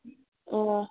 অঁ